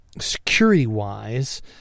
Security-wise